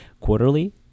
quarterly